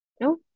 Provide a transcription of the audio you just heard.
No